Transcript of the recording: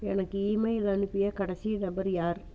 எனக்கு ஈமெயில் அனுப்பிய கடைசி நபர் யார்